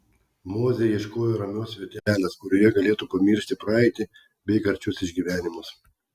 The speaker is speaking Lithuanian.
mozė ieškojo ramios vietelės kurioje galėtų pamiršti praeitį bei karčius išgyvenimus